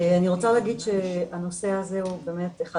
אני רוצה להגיד שהנושא הזה הוא באמת אחד